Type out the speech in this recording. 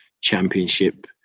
championship